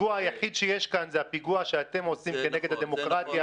הפיגוע היחיד שיש כאן זה הפיגוע שאתם עושים כנגד הדמוקרטיה.